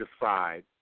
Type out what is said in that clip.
decide